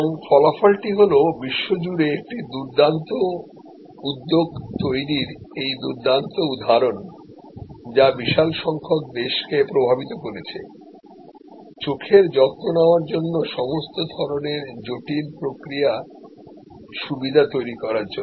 এবং ফলাফলটি হল বিশ্বজুড়ে একটি দুর্দান্ত উদ্যোগ তৈরির এই দুর্দান্ত উদাহরণ যা বিশাল সংখ্যক দেশকে প্রভাবিত করেছে চোখের যত্ন নেওয়ার জন্য সমস্ত ধরনের জটিল প্রক্রিয়া সুবিধা তৈরি করার জন্য